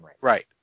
right